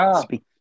speak